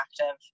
active